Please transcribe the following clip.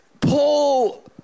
Paul